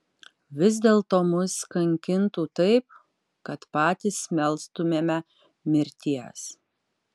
vis dėlto mus kankintų taip kad patys melstumėme mirties